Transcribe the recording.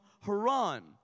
Haran